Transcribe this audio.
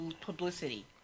Publicity